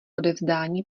odevzdání